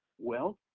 well,